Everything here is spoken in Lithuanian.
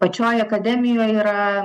pačioj akademijoj yra